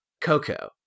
Coco